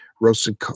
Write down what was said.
roasted